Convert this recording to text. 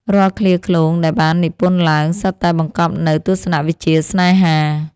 រាល់ឃ្លាឃ្លោងដែលបាននិពន្ធឡើង សុទ្ធតែបង្កប់នូវទស្សនវិជ្ជាស្នេហា